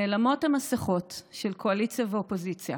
נעלמות המסכות של קואליציה ואופוזיציה